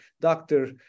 doctor